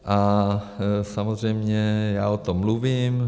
A samozřejmě já o tom mluvím.